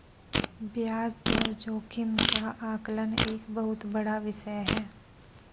ब्याज दर जोखिम का आकलन एक बहुत बड़ा विषय है